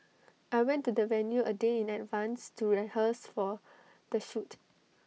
I went to the venue A day in advance to rehearse for the shoot